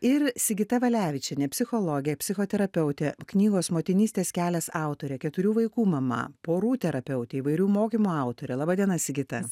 ir sigita valevičienė psichologė psichoterapeutė knygos motinystės kelias autorė keturių vaikų mama porų terapeutė įvairių mokymų autorė laba diena sigita